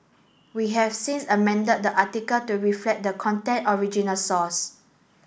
we have since amended the article to reflect the content original source